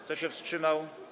Kto się wstrzymał?